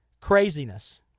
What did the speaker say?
craziness